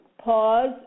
pause